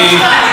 השר שטייניץ,